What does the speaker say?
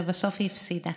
ובסוף היא הפסידה.